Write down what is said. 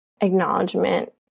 acknowledgement